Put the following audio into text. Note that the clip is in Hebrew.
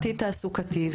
התעסוקתי,